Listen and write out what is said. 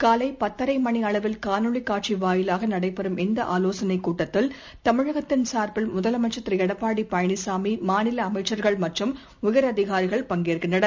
காலைபத்தரைமணிஅளவில் காணொலிகாட்சிவாயிலாகநடைபெறும் இந்தஆலோசனைக் கூட்டத்தில் தமிழகத்தின் சார்பில் முதலமைச்சர் திருளடப்பாடிபழனிசாமி மாநிலஅமைச்சர்கள் மற்றும் உயரதிகாரிகள் பங்கேற்கின்றனர்